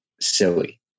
silly